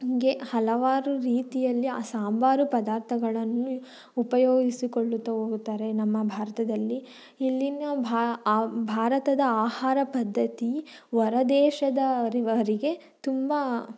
ಹೀಗೆ ಹಲವಾರು ರೀತಿಯಲ್ಲಿ ಆ ಸಾಂಬಾರು ಪದಾರ್ಥಗಳನ್ನು ಉಪಯೋಗಿಸಿಕೊಳ್ಳುತ್ತಾ ಹೋಗುತ್ತಾರೆ ನಮ್ಮ ಭಾರತದಲ್ಲಿ ಇಲ್ಲಿನ ಆ ಭಾರತದ ಆಹಾರ ಪದ್ಧತಿ ಹೊರದೇಶದ ರಿವರಿಗೆ ತುಂಬ